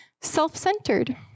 self-centered